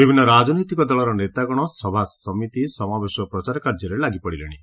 ବିଭିନ୍ନ ରାଜନୈତିକ ଦଳର ନେତାଗଣ ସଭାସମିତି ସମାବେଶ ଓ ପ୍ରଚାର କାର୍ଯ୍ୟରେ ଲାଗିପଡ଼ିଲେଣି